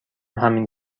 همین